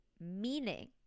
Meaning